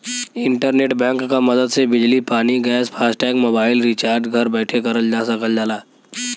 internet bank क मदद से बिजली पानी गैस फास्टैग मोबाइल रिचार्ज घर बैठे करल जा सकल जाला